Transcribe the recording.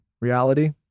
Reality